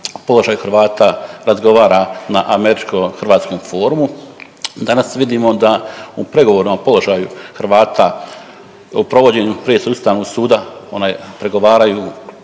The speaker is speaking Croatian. položaju Hrvata razgovara na američko-hrvatskom forumu. Danas vidimo da u pregovorima o položaju Hrvata o provođenju presude Ustavnog suda onaj pregovaraju